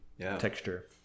texture